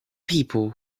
people